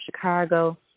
Chicago